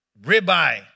ribeye